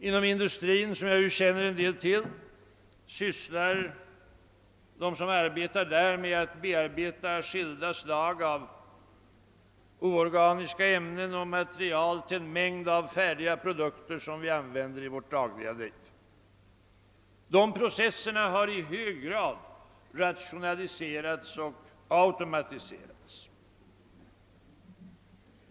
Inom industrin, som jag ju känner till en del, sysslar de som arbetar där med att bearbeta skilda slag av oorganiska ämnen och material till en mängd färdiga produkter som vi använder i vårt dagliga liv. De processerna har i hög grad rationaliserats och automatiserats.